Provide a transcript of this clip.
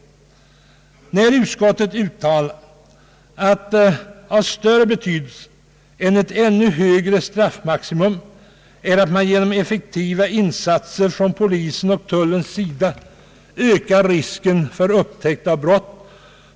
Enligt utskottets mening är det av större betydelse än ett ännu högre straffmaximum att man genom effektiva insatser från polisens och tullens sida ökar risken för upptäckt av brott.